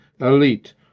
elite